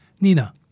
Nina